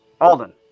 Alden